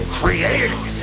created